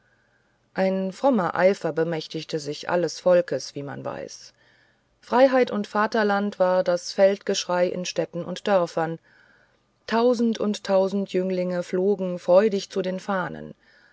ein frommer eifer bemächtigte sich alles volkes wie man weiß freiheit und vaterland war das feldgeschrei in städten und dörfern tausend und tausend jünglinge flohen freudig zu den fahnen